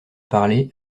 parler